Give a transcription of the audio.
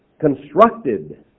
constructed